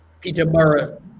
Peterborough